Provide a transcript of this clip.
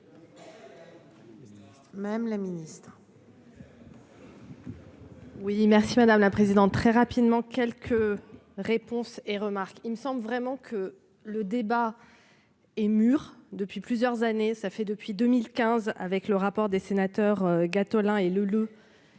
Mme la ministre.